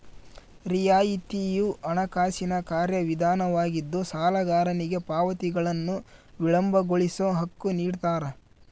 ರಿಯಾಯಿತಿಯು ಹಣಕಾಸಿನ ಕಾರ್ಯವಿಧಾನವಾಗಿದ್ದು ಸಾಲಗಾರನಿಗೆ ಪಾವತಿಗಳನ್ನು ವಿಳಂಬಗೊಳಿಸೋ ಹಕ್ಕು ನಿಡ್ತಾರ